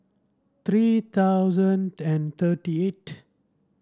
three thousand and thirty eight